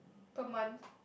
per month